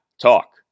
talk